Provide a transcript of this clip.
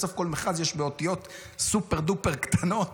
בסוף כל מכרז יש באותיות סופר-דופר קטנות,